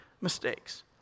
mistakes